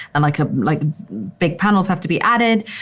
and like, ah like big panels have to be added.